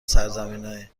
سرزمینای